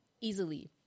easily